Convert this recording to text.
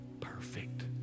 perfect